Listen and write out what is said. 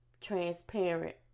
transparent